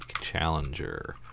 challenger